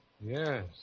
Yes